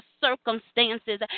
circumstances